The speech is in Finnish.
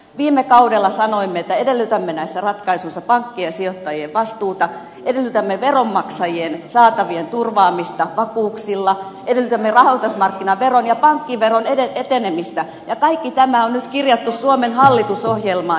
viime kaudella sanoimme että edellytämme näissä ratkaisuissa pankkien ja sijoittajien vastuuta edellytämme veronmaksajien saatavien turvaamista vakuuksilla edellytämme rahoitusmarkkinaveron ja pankkiveron etenemistä ja kaikki tämä on nyt kirjattu suomen hallitusohjelmaan